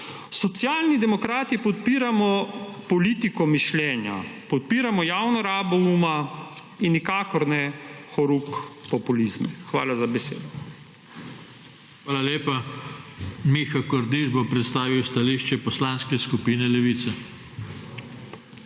Socialni demokrati podpiramo politiko mišljenja, podpiramo javno rabo uma in nikakor ne horuk populizma. Hvala za besedo. **PODPREDSEDNIK JOŽE TANKO:** Hvala lepa. Miha Kordiš bo predstavil stališče Poslanske skupine Levica.